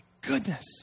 goodness